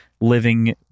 living